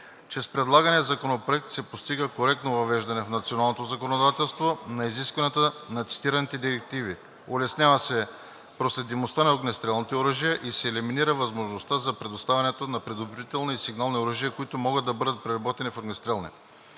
че с предлагания Законопроект се постига коректно въвеждане в националното законодателство на изискванията на цитираните директиви, улеснява се проследимостта на огнестрелните оръжия и се елиминира възможността за предоставяне на предупредителни и сигнални оръжия, които могат да бъдат преработени в огнестрелни.